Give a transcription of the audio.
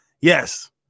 Yes